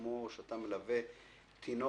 כמו שאתה מלווה תינוק.